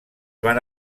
van